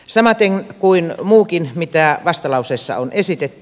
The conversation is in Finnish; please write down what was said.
samaten yhdyn muuhunkin mitä vastalauseessa on esitetty